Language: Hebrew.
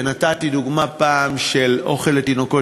ונתתי פעם דוגמה של אוכל לתינוקות,